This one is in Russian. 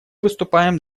выступаем